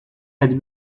has